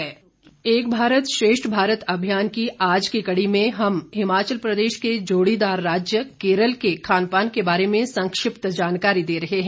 एक भारत श्रेष्ठ भारत एक भारत श्रेष्ठ भारत अभियान की आज की कड़ी में हम हिमाचल प्रदेश के जोड़ीदार राज्य केरल के खान पान के बारे में संक्षिप्त जानकारी दे रहे हैं